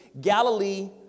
Galilee